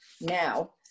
now